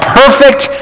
perfect